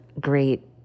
great